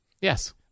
Yes